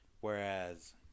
Whereas